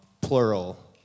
plural